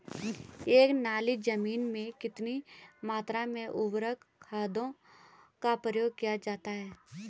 एक नाली जमीन में कितनी मात्रा में उर्वरक खादों का प्रयोग किया जाता है?